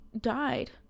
died